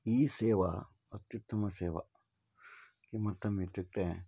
E सेवा अत्युत्तमसेवा किमर्थम् इत्युक्ते